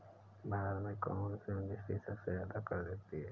भारत में कौन सी इंडस्ट्री सबसे ज्यादा कर देती है?